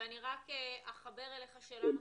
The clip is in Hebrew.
אני רק אחבר אליך שאלה נוספת,